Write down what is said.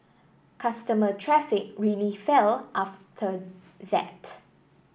customer traffic really fell after that